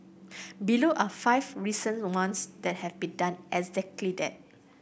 below are five recent ones that have been done exactly that